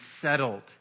settled